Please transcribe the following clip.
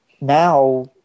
now